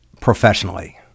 professionally